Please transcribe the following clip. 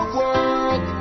world